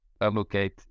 allocate